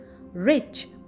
rich